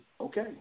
okay